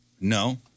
No